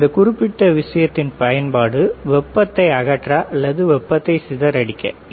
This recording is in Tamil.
இந்த குறிப்பிட்ட விஷயத்தின் பயன்பாடு வெப்பத்தை அகற்ற அல்லது வெப்பத்தை சிதறடிக்க பயன்படுகிறது